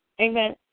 Amen